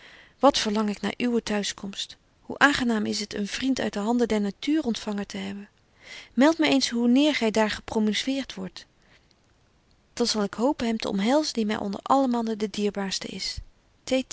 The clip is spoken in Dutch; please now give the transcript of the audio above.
wat verlang ik naar uwe t'huis komst hoe aangenaam is het een vriend uit de handen der natuur ontfangen te hebben meldt my eens hoe neer gy daar gepromoveert wordt dan zal ik hopen hem te omhelzen die my onder alle mannen de dierbaarste is